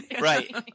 right